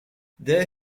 there